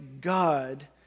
God